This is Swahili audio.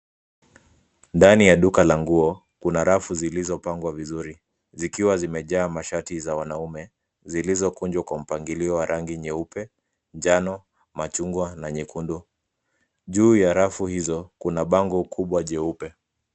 Ndani ya duka la nguo kuna rafu zilizopangwa vizuri zikiwa zimejaa mashati za wanaume zilizokunjwa kwa mpangilio wa rangi nyeupe, njano, machungwa na nyekundu. Juu ya rafu hizo kuna bango kubwa jeupe.